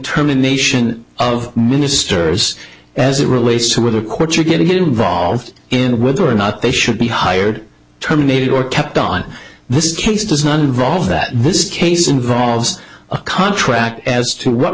term in nation of ministers as it relates to where the courts are getting involved in whether or not they should be hired terminated or kept on this case does not involve that this case involves a contract as to what